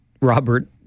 Robert